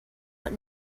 but